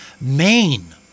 Maine